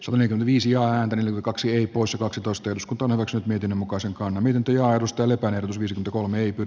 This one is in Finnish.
suomen viisi ääntä kaksi usa kaksitoista iskut on yksi lehden mukaan se on miten työ arvosteli päällystysiltu kolme ibid